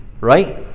right